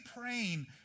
praying